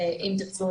אם תרצו,